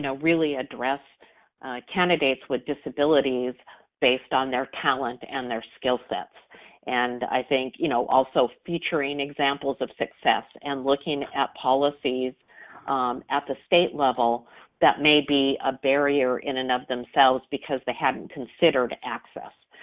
really address candidates with disabilities based on their talent and their skill sets and i think, you know, also featuring examples of success and looking at policies at the state level that may be a barrier in and of themselves because they haven't considered access.